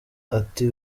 ati